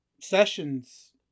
sessions